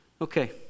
Okay